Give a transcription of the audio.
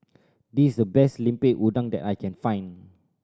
this is the best Lemper Udang that I can find